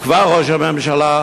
הוא כבר ראש הממשלה,